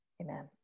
amen